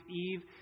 Eve